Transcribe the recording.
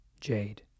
Jade